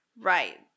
Right